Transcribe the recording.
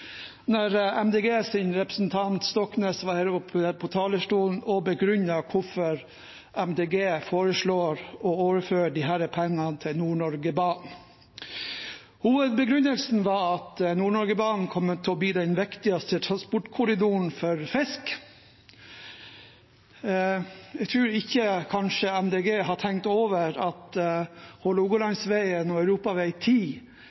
representant Stoknes var oppe på talerstolen her og begrunnet hvorfor Miljøpartiet De Grønne foreslår å overføre disse pengene til Nord-Norge-banen. Hovedbegrunnelsen var at Nord-Norge-banen kommer til å bli den viktigste transportkorridoren for fisk. Jeg tror kanskje ikke Miljøpartiet De Grønne har tenkt over at